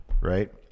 Right